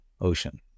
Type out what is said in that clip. ocean